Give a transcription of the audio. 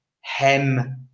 Hem